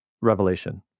revelation